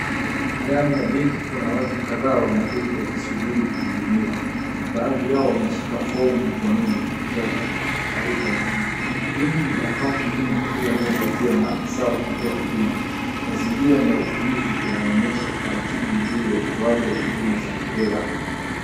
Ndani ya benki kuna watu kadhaa wameketi wakisubiri kuhudumiwa. Baadhi yao wameshika fomu mikononi na kuijaza taarifa muhimu. Benki ina kaunti nyingi kila moja ikiwa na afisa wa kutoa huduma, mazingira ni ya utulivu yanaonyesha utaratibu mzuri wa utoaji wa huduma za kifedha.